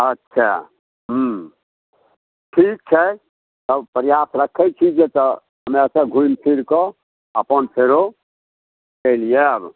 अच्छा हुँ ठीक छै तब प्रयास रखै छी जतऽ हमरासब घुमिफिरिकऽ अपन फेरो चलि आएब